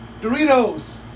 Doritos